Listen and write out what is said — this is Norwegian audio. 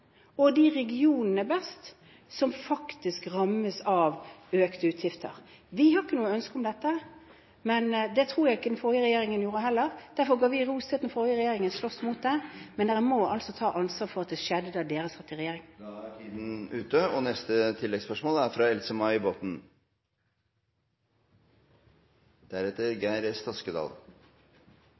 og de regionene best som faktisk rammes av økte utgifter. Vi har ikke noe ønske om dette, og det tror jeg ikke den forrige regjering hadde heller. Derfor ga vi ros til den forrige regjering for at de sloss mot dette. Men dere må altså ta ansvar for at det skjedde da dere satt i regjering. Else-May Botten – til oppfølgingsspørsmål. Næringslivet er opptatt av forutsigbarhet og